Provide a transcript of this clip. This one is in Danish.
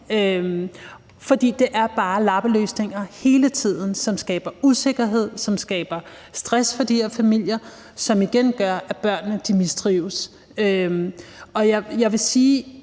For det er bare lappeløsninger hele tiden, som skaber usikkerhed, og som skaber stress for de her familier, som igen gør, at børnene mistrives. Og jeg vil sige,